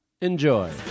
Enjoy